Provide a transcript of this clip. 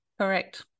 Correct